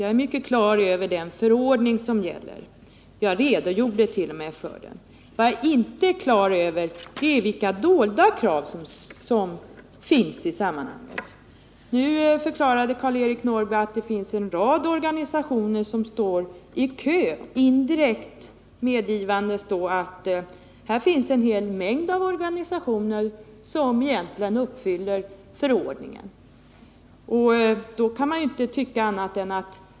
Jag är helt på det klara med den förordning som gäller. Jag redogjorde t.o.m. för den. Vad jag inte är på det klara med är vilka dolda krav som ställs i sammanhanget. Karl-Eric Norrby förklarade att det finns en rad organisationer som står i kö, indirekt då medgivandes att det här finns en hel mängd organisationer som uppfyller kraven i förordningen.